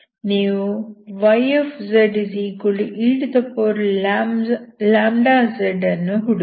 ನೀವು yzeλz ಅನ್ನು ಹುಡುಕಿ